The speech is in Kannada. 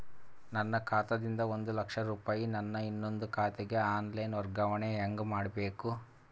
ನನ್ನ ಖಾತಾ ದಿಂದ ಒಂದ ಲಕ್ಷ ರೂಪಾಯಿ ನನ್ನ ಇನ್ನೊಂದು ಖಾತೆಗೆ ಆನ್ ಲೈನ್ ವರ್ಗಾವಣೆ ಹೆಂಗ ಮಾಡಬೇಕು?